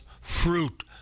fruit